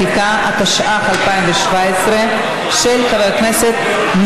יש פסוקים, כן.